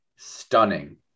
stunning